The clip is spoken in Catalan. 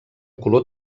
color